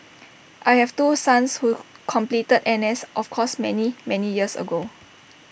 I have two sons who completed N S of course many many years ago